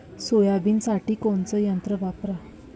सोयाबीनसाठी कोनचं यंत्र वापरा?